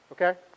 okay